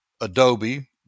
Adobe